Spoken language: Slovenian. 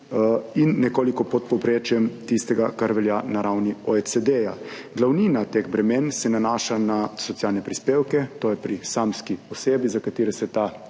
in nekoliko pod povprečjem tistega, kar velja na ravni OECD. Glavnina teh bremen se nanaša na socialne prispevke, to je pri samski osebi, za katere se ta